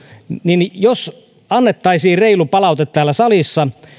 niin jos annettaisiin reilu palaute täällä salissa